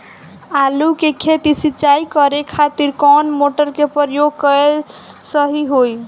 आलू के खेत सिंचाई करे के खातिर कौन मोटर के प्रयोग कएल सही होई?